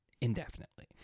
indefinitely